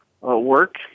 work